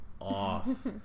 off